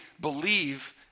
believe